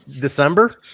december